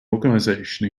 organisation